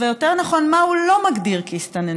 יותר נכון מה הוא לא מגדיר כהסתננות.